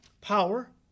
Power